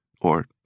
or-